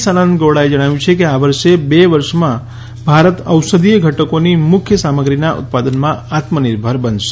સદાનંદ ગૌડાએ જણાવ્યું કે આ વર્ષે બે વર્ષમાં ભારત ઔષધિય ઘટકોની મુખ્ય સામગ્રીના ઉત્પાદનમાં આત્મનિર્ભર બનશે